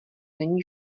není